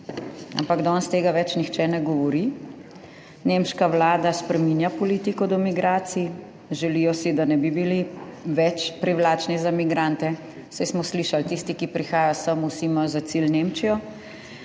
ampak danes tega več nihče ne govori. Nemška vlada spreminja politiko do migracij. Želijo si, da ne bi bili več privlačni za migrante, saj smo slišali, tisti, ki prihajajo sem, vsi imajo za cilj Nemčijo